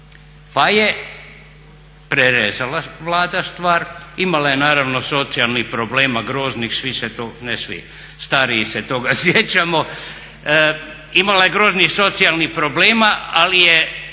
Pa je prerezala Vlada stvar, imala je naravno socijalnih problema groznih, svi se to, ne svi. Stariji se toga sjećamo. Imala je groznih socijalnih problema, ali je